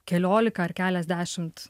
kelioliką ar keliasdešimt